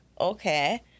Okay